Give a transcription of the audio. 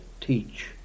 teach